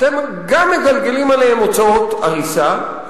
אתם גם מגלגלים עליהם הוצאות הריסה,